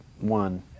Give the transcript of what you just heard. one